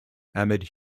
amid